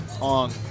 on